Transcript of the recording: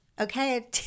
okay